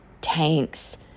tanks